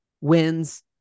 wins